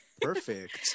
Perfect